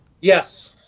Yes